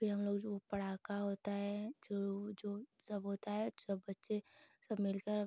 फिर हम लोग जो वह पटाखा होता है जो जो सब होता है जब बच्चे सब मिलकर